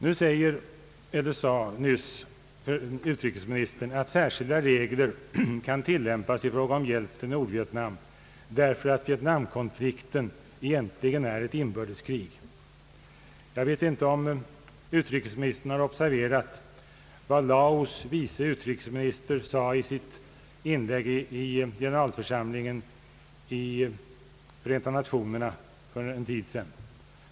Utrikesministern sade nyss att särskilda regler kan tillämpas i fråga om hjälp till Nordvietnam därför att Vietnamkonflikten egentligen är ett inbördeskrig. Jag vet inte om utrikesministern har observerat vad Laos vice utrikesminister sade i sitt inlägg i generalförsamlingen i Förenta nationerna för en tid sedan.